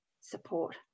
support